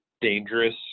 dangerous